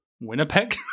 Winnipeg